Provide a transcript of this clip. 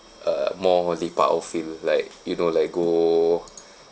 uh more on the park outfield like you know like go